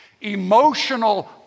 emotional